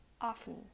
often